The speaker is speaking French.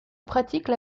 pratiquent